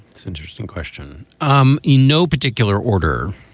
interesting question um in no particular order,